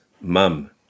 mum